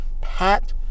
Pat